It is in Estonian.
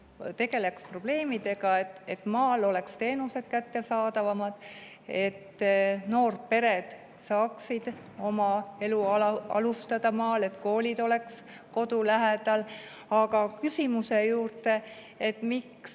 nende probleemidega, et maal oleksid teenused kättesaadavamad, et noorpered saaksid maal oma elu alustada, et koolid oleksid kodu lähedal. Aga küsimuse juurde. Kas